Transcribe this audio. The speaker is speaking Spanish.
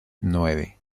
nueve